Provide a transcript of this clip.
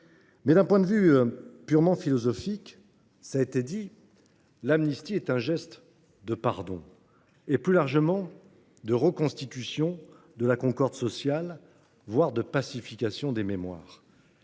D’un point de vue purement philosophique, l’amnistie est un geste de pardon, plus largement de reconstitution de la concorde sociale, voire de pacification des mémoires.